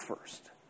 first